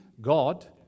God